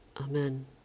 Amen